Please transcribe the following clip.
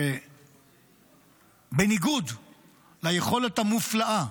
שבניגוד ליכולת המופלאה